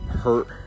hurt